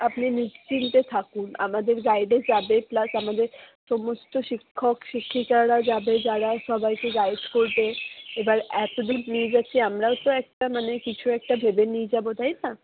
আপনি নিশ্চিন্তে থাকুন আমাদের গাইডে যাবে প্লাস আমাদের সমস্ত শিক্ষক শিক্ষিকারা যাবে যারা সবাইকে গাইড করবে এবার এতদূর নিয়ে যাচ্ছি আমরাও তো একটা মানে কিছু একটা ভেবে নিয়ে যাব তাই না